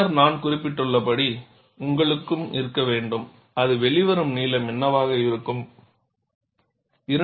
பின்னர் நான் குறிப்பிட்டுள்ளபடி உங்களுக்கும் இருக்க வேண்டும் அது வெளிவரும் நீளம் என்னவாக இருக்க வேண்டும்